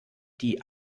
die